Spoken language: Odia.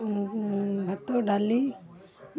ମୁଁ ଭାତ ଡାଲି